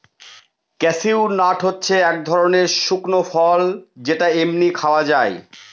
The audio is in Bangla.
ক্যাসিউ নাট হচ্ছে এক ধরনের শুকনো ফল যেটা এমনি খাওয়া যায়